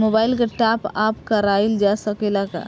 Mobile के टाप आप कराइल जा सकेला का?